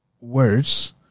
words